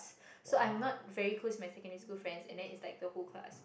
so I'm not very close to my secondary school friends and then its like the whole class